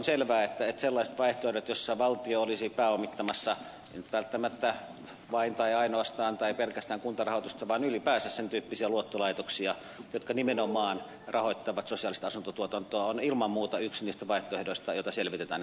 ja on selvää että sellaiset vaihtoehdot joissa valtio olisi pääomittamassa en tarkoita nyt välttämättä vain tai ainoastaan tai pelkästään kuntarahoitusta vaan ylipäänsä sen tyyppisiä luottolaitoksia jotka nimenomaan rahoittavat sosiaalista asuntotuotantoa ovat ilman muuta niitä vaihtoehtoja joita selvitetään ja pohditaan